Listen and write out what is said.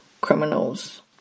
criminals